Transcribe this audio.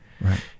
right